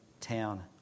town